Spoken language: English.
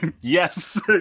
Yes